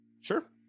sure